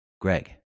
Greg